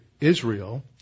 Israel